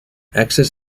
excess